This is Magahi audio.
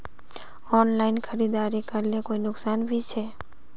ऑनलाइन खरीदारी करले कोई नुकसान भी छे?